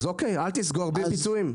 אז אל תסגור בלי פיצויים.